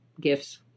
gifts